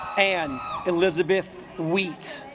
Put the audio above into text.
and elizabeth wheat